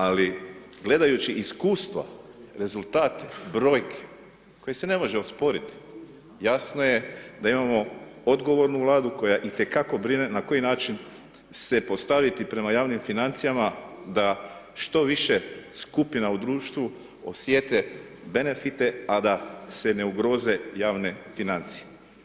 Ali gledajući iskustva, rezultate, brojke koji se ne može osporiti jasno je da imamo odgovornu Vladu koja itekako brine na koji način se postaviti prema javnim financijama da što više skupina u društvu osjete benefite, a da se ne ugroze javne financije.